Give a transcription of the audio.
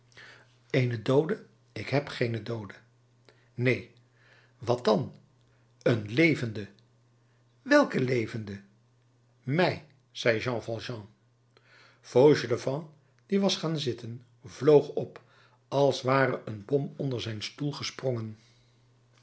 eene doode ik heb geen doode neen wat dan een levende welken levende mij zei jean valjean fauchelevent die was gaan zitten vloog op als ware een bom onder zijn stoel gesprongen